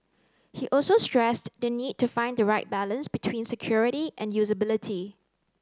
he also stressed the need to find the right balance between security and usability